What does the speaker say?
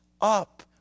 up